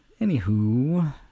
anywho